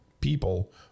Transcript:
people